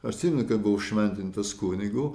apsimenu kai buvau šventintas kunigu